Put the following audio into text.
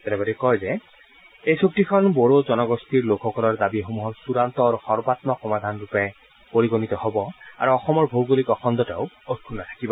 তেওঁ লগতে কয় যে এই চুক্তিখন বড়ো জনগোষ্ঠীৰ লোকসকলৰ দাবীসমূহৰ চড়ান্ত আৰু সৰ্বাত্মক সমাধানৰূপে পৰিগণিত হব আৰু অসমৰ ভৌগোলিক অখণ্ডতাও অক্ষুণ্ণ থাকিব